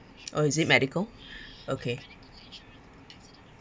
oh is it medical okay